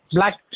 Black